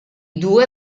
due